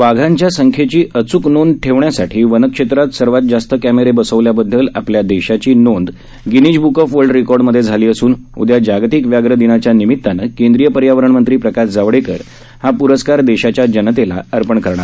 वाधांच्या संख्येची अच्क नोंद ठेवण्यासाठी वनक्षेत्रात सर्वात जास्त कॅमेरे बसवल्याबद्दल आपल्या देशाची नोंद Guinness book of world record मध्ये झाली असून उद्या जागतिक व्याघ्र दिनाच्या निमित्तानं केंद्रीय पर्यावरण मंत्री प्रकाश जावडेकर हा प्रस्कार देशाच्या जनतेला अर्पण करणार आहेत